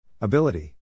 Ability